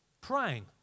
Praying